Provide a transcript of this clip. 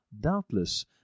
Doubtless